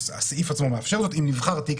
הסעיף עצמו מאפשר זאת אם נבחר תיק-תיק.